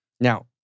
Now